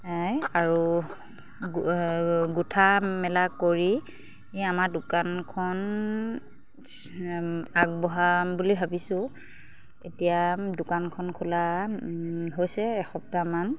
আৰু গোঁঠা মেলা কৰি আমাৰ দোকানখন আগবঢ়াম বুলি ভাবিছোঁ এতিয়া দোকানখন খোলা হৈছে এসপ্তাহমান